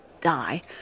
die